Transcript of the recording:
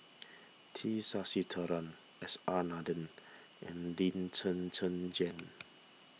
T Sasitharan S R Nathan and Lee Zhen Zhen Jane